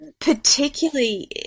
Particularly